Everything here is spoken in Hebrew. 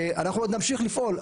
ואנחנו עוד נמשיך לפעול,